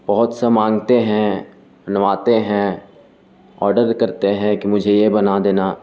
بہت سا مانگتے ہیں بنواتے ہیں آڈر کرتے ہیں کہ مجھے یہ بنا دینا